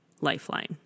lifeline